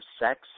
sex